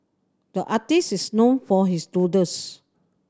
the artist is known for his doodles